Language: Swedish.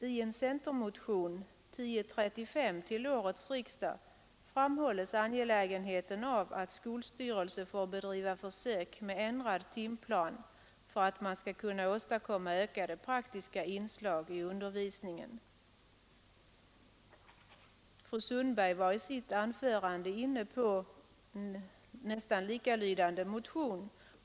I centermotionen 1035 till årets riksdag framhålls angelägenheten av att skolstyrelse får bedriva försök med ändrad timplan för att man skall kunna åstadkomma ökade praktiska inslag i undervisningen. Fru Sundberg var i sitt anförande inne på en nästan likalydande motion.